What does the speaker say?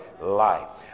life